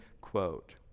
quote